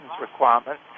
requirements